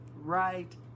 Right